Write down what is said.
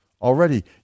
Already